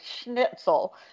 schnitzel